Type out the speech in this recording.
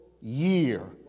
year